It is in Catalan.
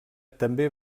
també